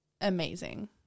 amazing